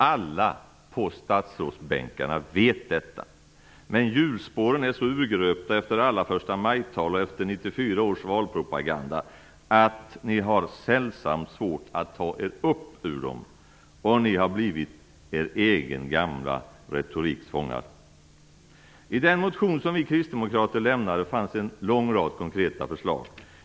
Alla ni på statsrådsbänkarna vet detta, men hjulspåren är så urgröpta efter alla förstamajtal och efter 1994 års valpropaganda att ni har sällsamt svårt att ta er upp ur dem. Ni har blivit er egen gamla retoriks fångar. I den motion som vi kristdemokrater väckte finns en lång rad konkreta förslag.